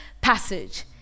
passage